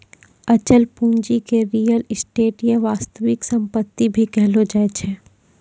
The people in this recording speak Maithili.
अचल पूंजी के रीयल एस्टेट या वास्तविक सम्पत्ति भी कहलो जाय छै